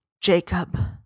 Jacob